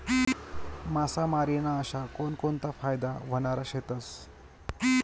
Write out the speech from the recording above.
मासामारी ना अशा कोनकोनता फायदा व्हनारा शेतस?